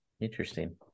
Interesting